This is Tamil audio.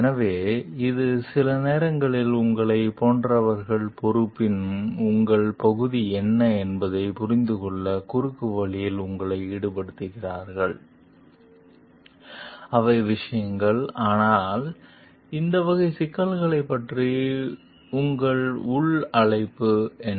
எனவே இது சில நேரங்களில் உங்களைப் போன்றவர்கள் பொறுப்பின் உங்கள் பகுதி என்ன என்பதைப் புரிந்துகொள்ள குறுக்கு வழிகளில் உங்களை ஈடுபடுத்துகிறார்கள் அவை விஷயங்கள் ஆனால் இந்த வகை சிக்கல்களைப் பற்றிய உங்கள் உள் அழைப்பு என்ன